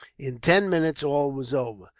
in ten minutes, all was over.